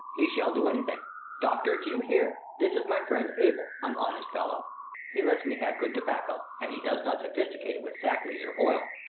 he shall do any thing doctor, do you hear? this is my friend, abel, an honest fellow he lets me have good tobacco, and he does not sophisticate it with sack-lees or oil,